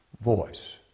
voice